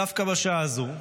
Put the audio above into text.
דווקא בשעה זו,